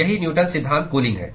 यही न्यूटन सिद्धांत कूलिंग है